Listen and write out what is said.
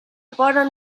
bottom